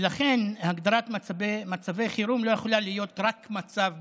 ולכן הגדרת מצבי חירום לא יכולה להיות רק מצב ביטחוני,